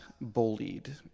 bullied